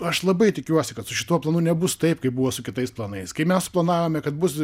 aš labai tikiuosi kad su šituo planu nebus taip kaip buvo su kitais planais kai mes planavome kad bus